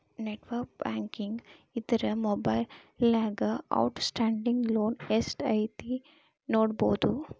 network banking ಇದ್ರ ಮೊಬೈಲ್ನ್ಯಾಗ outstanding loan ಎಷ್ಟ್ ಐತಿ ನೋಡಬೋದು